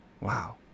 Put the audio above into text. Wow